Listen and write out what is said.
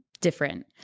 different